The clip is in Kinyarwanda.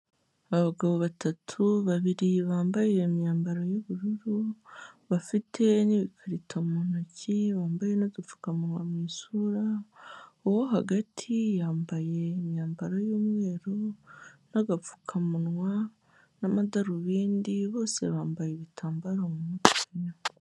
Abagabo batatu, babiri bambaye imyambaro y'ubururu, bafite n'ibikarito mu ntoki, bambaye n'udupfukamunwa mu isura, uwo hagati yambaye imyambaro y'umweru, n'agapfukamunwa, n'amadarubindi, bose bambaye ibitambaro mu mutwe.